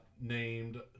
named